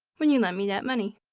when you lent me that money.